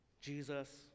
Jesus